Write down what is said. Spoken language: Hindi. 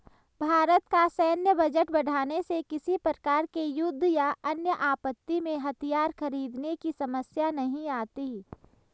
भारत का सैन्य बजट बढ़ाने से किसी प्रकार के युद्ध या अन्य आपत्ति में हथियार खरीदने की समस्या नहीं आती